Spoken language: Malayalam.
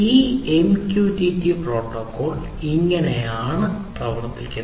ഈ MQTT പ്രോട്ടോക്കോൾ ഇങ്ങനെയാണ് പ്രവർത്തിക്കുന്നത്